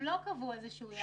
הם לא קבעו איזשהו יעד.